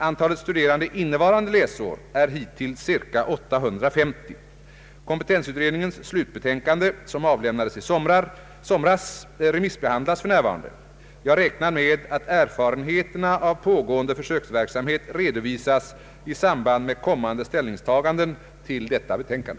Antalet studerande innevarande läsår är hittills ca 850. Kompetensutredningens slutbetänkande, som avlämnades i somras, remissbehandlas för närvarande. Jag räknar med att erfarenheterna av pågående försöksverksamhet redovisas i samband med kommande ställningstaganden till detta betänkande.